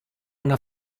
una